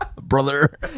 Brother